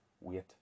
weight